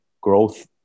growth